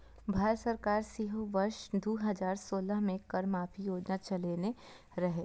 भारत सरकार सेहो वर्ष दू हजार सोलह मे कर माफी योजना चलेने रहै